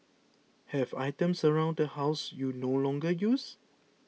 have items around the house you no longer use